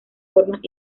formas